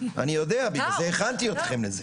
בגלל זה הכנתי אתכם לזה.